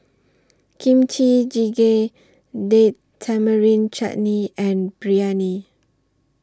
Kimchi Jjigae Date Tamarind Chutney and Biryani